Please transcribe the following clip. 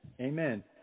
Amen